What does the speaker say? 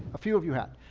a few of you had.